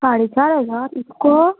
साडे चार हजार इतको